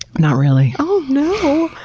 not really. oh no!